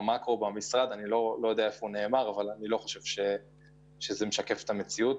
המקרו במשרד אבל אני לא חושב שזה משקף את המציאות.